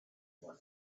more